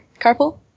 Carpool